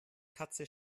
katze